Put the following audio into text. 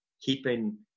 keeping